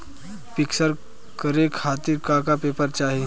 पिक्कस करे खातिर का का पेपर चाही?